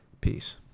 Peace